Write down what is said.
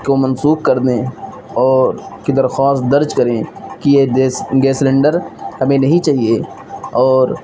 کو منسوخ کر دیں اور کہ درخواست درج کریں کہ یہ دیس گیس سلینڈرگیس سلینڈر ہمیں نہیں چاہیے اور